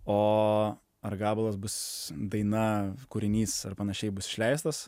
o ar gabalas bus daina kūrinys ar panašiai bus išleistas